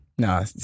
No